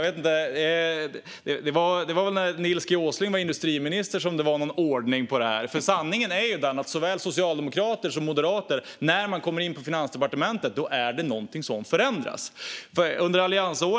Det var väl när Nils G Åsling var industriminister som det var någon ordning på det. Sanningen är den att när såväl socialdemokrater som moderater kommer in på Finansdepartementet är det någonting som förändras.